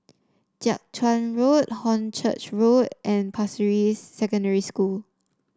Jiak Chuan Road Hornchurch Road and Pasir Ris Secondary School